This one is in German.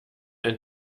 ein